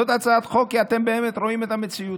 זאת הצעת חוק כי אתם באמת רואים את המציאות,